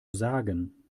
sagen